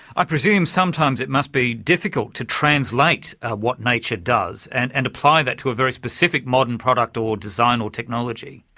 i presume sometimes it must be difficult to translate what nature does, and and apply that to a very specific modern product or design or technology.